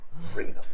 Freedom